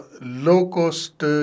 low-cost